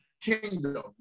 kingdom